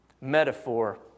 metaphor